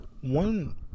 one